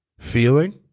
feeling